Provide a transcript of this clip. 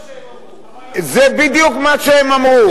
זה לא מה שהם אמרו.